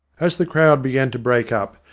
as the crowd began to break up,